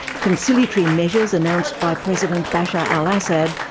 conciliatory measures announced by president bashar al-assad,